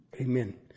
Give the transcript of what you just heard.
amen